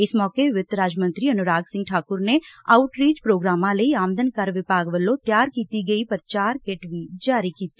ਇਸ ਮੌਕੇ ਵਿੱਤ ਰਾਜ ਮੰਤਰੀ ਅਨੁਰਾਗ ਸਿੰਘ ਠਾਕੁਰ ਨੇ ਆਉਟਰੀਚ ਪ੍ਰੋਗਰਾਮਾਂ ਲਈ ਆਮਦਨ ਕਰ ਵਿਭਾਗ ਵੱਲੋ ਤਿਆਰ ਕੀਤੀ ਗਈ ਪੁਚਾਰ ਕਿਟ ਜਾਰੀ ਕੀਤੀ